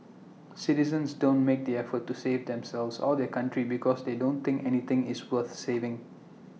citizens don't make the effort to save themselves or their country because they don't think anything is worth saving